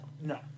No